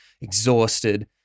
exhausted